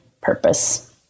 purpose